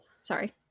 Sorry